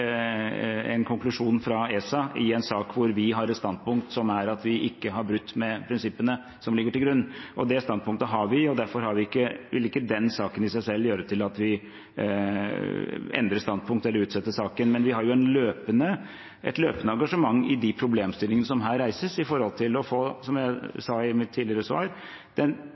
en konklusjon fra ESA i en sak hvor vi har et standpunkt som er at vi ikke har brutt med prinsippene som ligger til grunn. Det standpunktet har vi, og derfor vil ikke den saken i seg selv føre til at vi endrer standpunkt eller utsetter saken. Men vi har et løpende engasjement i de problemstillingene som her reises, når det gjelder å få, som jeg sa i mitt tidligere svar, det optimale forholdet mellom å kunne f.eks. produsere mineraler og samtidig redusere den